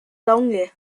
lange